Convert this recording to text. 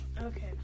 Okay